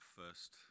first